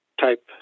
type